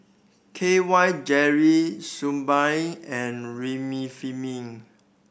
K Y Jelly Suu Balm and Remifemin